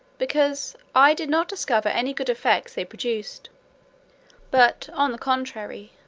because i did not discover any good effects they produced but, on the contrary,